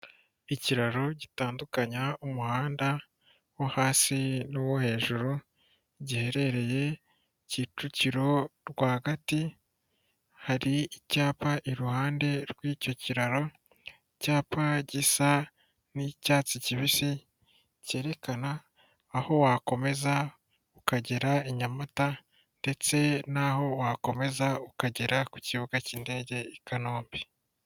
Ikiraro gitandukanya umuhanda wo hasi n'uwo hejuru giherereye Kicukiro rwagati, hari icyapa iruhande rw'icyo kiraro, icyapa gisa n'icyatsi kibisi cyerekana aho wakomeza ukagera i Nyamata ndetse n'aho wakomeza ukagera ku kibuga cy'indege i Kanombe.